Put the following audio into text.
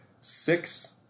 Six